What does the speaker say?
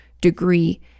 degree